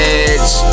edge